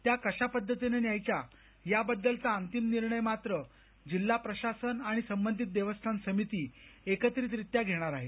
त्या कशा पद्धतीनं न्यायच्या याबद्दलचा अंतिम निर्णय मात्र जिल्हा प्रशासन आणि संबंधित देवस्थान समिती एकत्रितरित्या घेणार आहेत